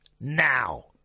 now